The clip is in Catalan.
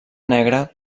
negra